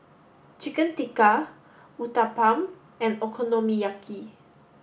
chicken Tikka Uthapam and Okonomiyaki